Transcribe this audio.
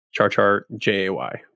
CharCharJay